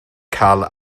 cael